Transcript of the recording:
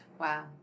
Wow